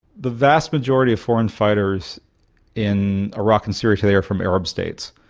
the vast majority of foreign fighters in iraq and syria today are from arab states.